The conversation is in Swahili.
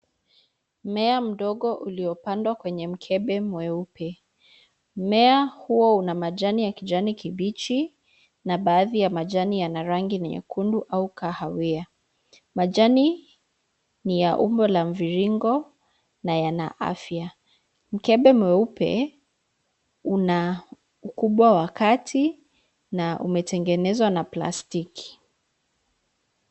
Mmea mdogo uliopandwa kwenye mkebe mweupe. Mmea huyo una majani ya kijani kibichi na baadhi ya majani yana rangi ya nyekundu au kahawia. Majani ni ya umbo ya mviringo na yana afya. Mkebe mweupe una ukubwa wa kati na umetengenzwa na plastiki.